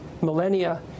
millennia